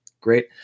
Great